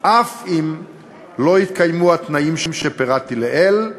אף אם לא התקיימו התנאים שפירטתי לעיל,